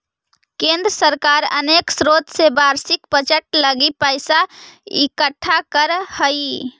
केंद्र सरकार अनेक स्रोत से वार्षिक बजट लगी पैसा इकट्ठा करऽ हई